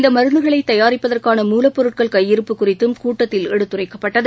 இந்தமருந்துகளைதயாரிப்பதற்கான மூலப்பொருட்கள் கையிருப்பு குறித்தம் கூட்டத்தில் எடுத்துரைக்கப்பட்டது